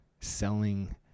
selling